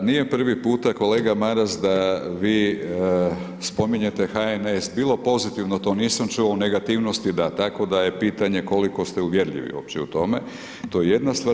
Pa nije prvi puta kolega Maras da vi spominjete HNS, bilo pozitivno to nisam čuo u negativnosti da, tako da je pitanje koliko ste uvjerljivi opće u tome, to je jedna stvar.